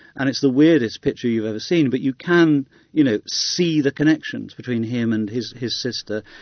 and it's the weirdest picture you've ever seen, but you can you know see the connections between him and his his sister,